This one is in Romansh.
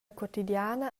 quotidiana